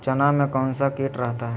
चना में कौन सा किट रहता है?